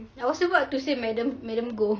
I was about to say madam madam goh